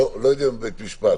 לא יודע אם לבית משפט.